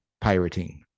pirating